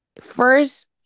First